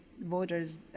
voters